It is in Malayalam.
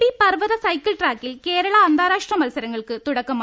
ബി പർവത സൈക്കിൾ ട്രാക്കിൽ കേരള അന്താരാഷ്ട്ര മത്സരങ്ങൾക്ക് തുടക്കമായി